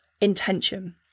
intention